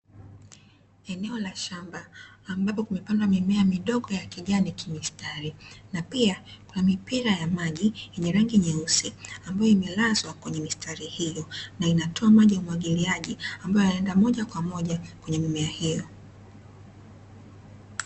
Eneo la shamba, ambapo kumepandwa mimea midogo ya kijani kimistari na pia kuna mipira ya maji yenye rangi nyeusi, ambayo imelazwa kwenye mistari hiyo na inatoa maji ya umwagiliaji ambayo yanaenda mojakwamoja kwenye mimea hiyo.